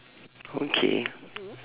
okay